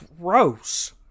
gross